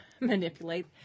manipulate